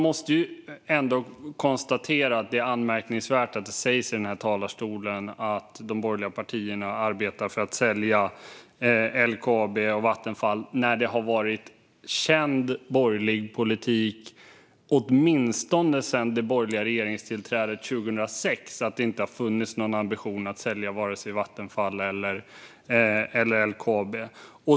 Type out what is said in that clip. Det är dock anmärkningsvärt att det i talarstolen sägs att de borgerliga partierna arbetar för att sälja LKAB och Vattenfall, när det åtminstone sedan det borgerliga regeringstillträdet 2006 har varit känt att det inte har funnits någon ambition att sälja vare sig Vattenfall eller LKAB.